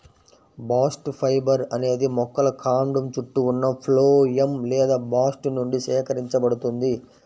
bast fibre అనేది మొక్కల కాండం చుట్టూ ఉన్న ఫ్లోయమ్ లేదా బాస్ట్ నుండి సేకరించబడుతుంది